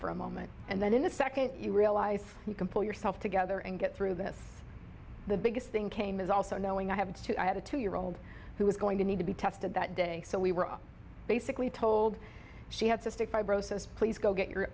for a moment and then in a second you realize you can pull yourself together and get through this the biggest thing came is also knowing i have to have a two year old who is going to need to be tested that day so we were basically told she had cystic fibrosis please go get your